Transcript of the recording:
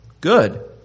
Good